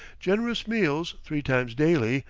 generous meals three times daily,